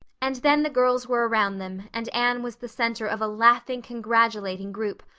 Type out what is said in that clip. and then the girls were around them and anne was the center of a laughing, congratulating group.